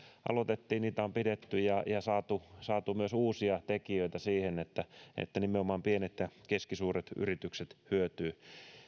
aloitettiin on pidetty ja ja saatu saatu myös uusia tekijöitä siihen että että nimenomaan pienet ja keskisuuret yritykset hyötyvät